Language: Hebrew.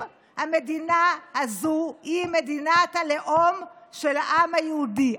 המדינה הזאת היא מדינת הלאום של העם היהודי.